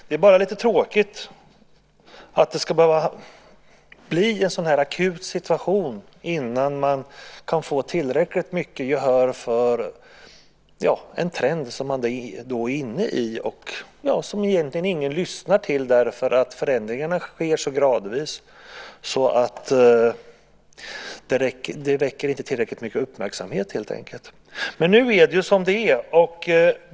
Det är bara lite tråkigt att det ska behöva bli en akut situation innan man kan få tillräckligt mycket gehör för en trend som man är inne i och som egentligen ingen lyssnar till därför att förändringarna sker så gradvis att det inte väcker tillräckligt mycket uppmärksamhet. Nu är det som det är.